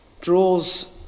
draws